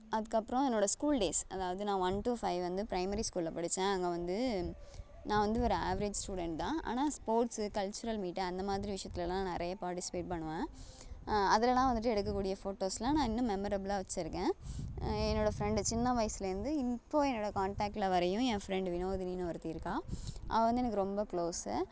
அதுக்கப்புறம் என்னோடய school days அதாவது நான் ஒன் டு ஃபைவ் வந்து ப்ரைமரி ஸ்கூலில் படித்தேன் அங்கே வந்து நான் வந்து ஒரு ஆவ்ரேஜ் ஸ்டூடெண்ட் தான் ஆனால் ஸ்போர்ட்ஸு கல்ச்சுரல் மீட்டு அந்த மாதிரி விஷயத்துலலாம் நிறைய பார்ட்டிசிபேட் பண்ணுவேன் அதிலலாம் வந்துட்டு எடுக்கக்கூடிய போட்டோஸ்லாம் நான் இன்னும் மெமரபுலாக வச்சிருக்கேன் என்னோடய ஃப்ரெண்டு சின்ன வயசுலேருந்து இப்போவும் என்னோடய காண்டெக்ட்டில் வரையும் என் ஃப்ரெண்டு வினோதினினு ஒருத்தி இருக்காள் அவள் வந்து எனக்கு ரொம்ப க்ளோஸு